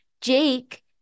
Jake